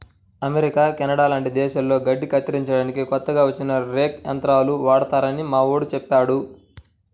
America, Canada లాంటి దేశాల్లో గడ్డి కత్తిరించడానికి కొత్తగా వచ్చిన రేక్ యంత్రాలు వాడతారని మావోడు చెప్పాడు